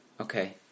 Okay